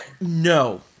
No